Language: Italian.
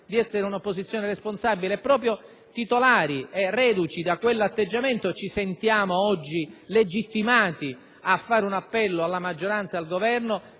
di essere un'opposizione responsabile e proprio titolari e reduci di quell'atteggiamento ci sentiamo oggi legittimati a rivolgere un appello alla maggioranza e al Governo